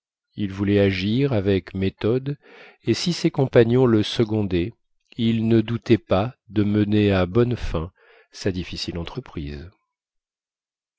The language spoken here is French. il voulait agir avec méthode et si ses compagnons le secondaient il ne doutait pas de mener à bonne fin sa difficile entreprise